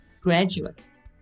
graduates